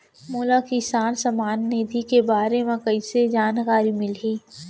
मोला किसान सम्मान निधि के बारे म कइसे जानकारी मिलही?